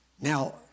Now